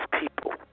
people